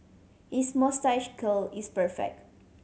his moustache curl is perfect